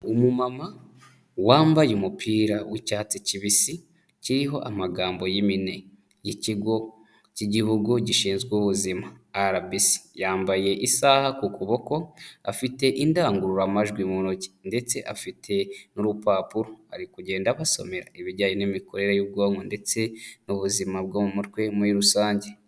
Umumama wambaye umupira w'icyatsi kibisi kiriho amagambo y'impine y'Ikigo k'Igihugu gishinzwe ubuzima RBC, yambaye isaha ku kuboko, afite indangururamajwi mu ntoki ndetse afite n'urupapuro ari kugenda abasomera ibijyanye n'imikorere y'ubwonko ndetse n'ubuzima bwo mu mutwe muri rusange.